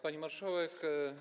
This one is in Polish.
Pani Marszałek!